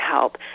help